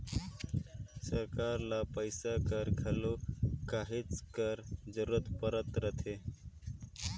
सरकार ल पइसा कर घलो कहेच कर जरूरत परत रहथे